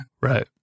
Right